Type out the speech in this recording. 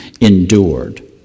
endured